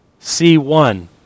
C1